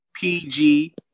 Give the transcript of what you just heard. PG